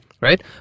right